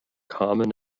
common